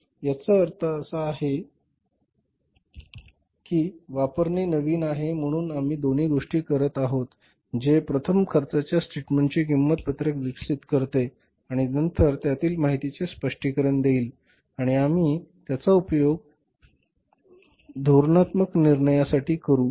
तर याचा अर्थ असा आहे की वापरणे नवीन आहे म्हणून आम्ही दोन्ही गोष्टी करत आहोत जे प्रथम खर्चाच्या स्टेटमेंटची किंमत पत्रक विकसित करते आणि नंतर त्यातील माहितीचे स्पष्टीकरण देईल आणि आम्ही त्याचा उपयोग टणकातील धोरणात्मक निर्णयासाठी करू